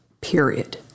period